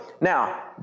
Now